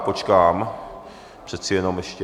Počkám přece jenom ještě.